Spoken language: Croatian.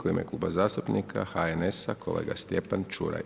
U ime Kluba zastupnika HNS-a kolega Stjepan Čuraj.